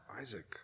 Isaac